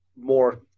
more